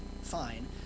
fine